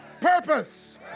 purpose